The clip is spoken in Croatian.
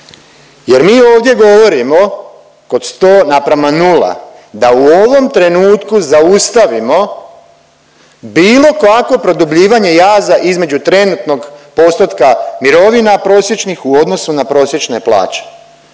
jer mi ovdje govorimo kod 100:0, da u ovom trenutku zaustavimo bilo kakvo produbljivanje jaza između trenutnog postotka mirovina prosječnih u odnosu na prosječne plaće.